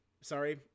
sorry